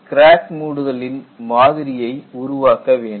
பிறகு கிராக் மூடுதலி ன் மாதிரியை உருவாக்க வேண்டும்